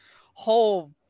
whole